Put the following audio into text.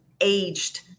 aged